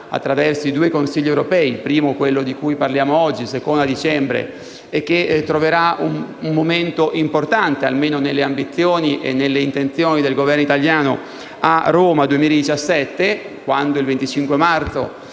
attraverso i due Consigli europei (il primo è quello di cui parliamo oggi, mentre il secondo è previsto a dicembre) e che troverà un momento importante, almeno nelle ambizioni e nelle intenzioni del Governo italiano, a Roma nel 2017 (quando, il 25 marzo